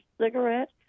cigarette